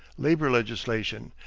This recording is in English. labor legislation,